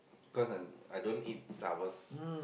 because I'm I don't eat sours